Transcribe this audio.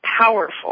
powerful